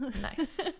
Nice